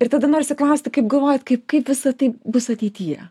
ir tada norisi klausti kaip galvojat kaip kaip visa tai bus ateityje